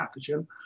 pathogen